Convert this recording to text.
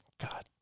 God